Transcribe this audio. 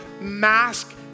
mask